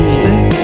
Stay